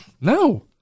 No